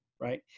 right